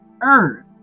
earth